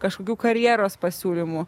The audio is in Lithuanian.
kažkokių karjeros pasiūlymų